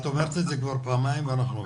את אומרת את זה כבר פעמיים ואנחנו הבנו.